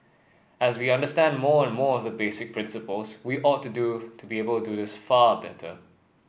as we understand more and more of the basic principles we ought to do to be able to this far better